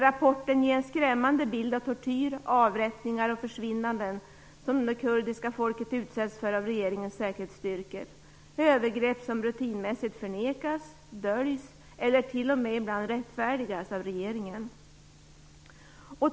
Rapporten ger en skrämmande bild av tortyr, avrättningar och "försvinnanden" som det kurdiska folket utsätts för av regeringens säkerhetsstyrkor - övergrepp som rutinmässigt förnekas, döljs eller t.o.m. ibland rättfärdigas av regeringen.